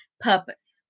purpose